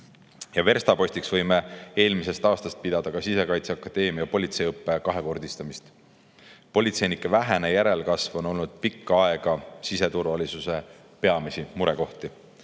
Verstapostiks võime eelmisest aastast pidada ka Sisekaitseakadeemia politseiõppe kahekordistamist. Politseinike vähene järelkasv on olnud pikka aega siseturvalisuse üks peamisi murekohti.